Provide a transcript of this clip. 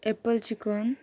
apple chicken